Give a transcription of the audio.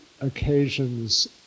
occasions